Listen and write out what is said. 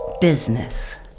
Business